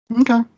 Okay